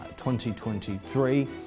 2023